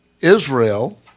Israel